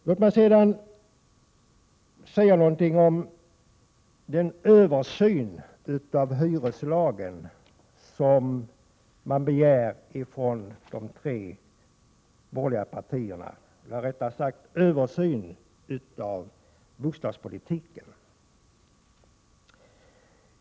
Låt mig sedan säga någonting om den översyn av bostadspolitiken som de tre borgerliga partierna begär.